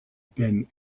been